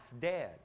dead